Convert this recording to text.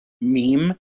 meme